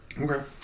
Okay